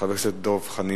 של חבר הכנסת דב חנין,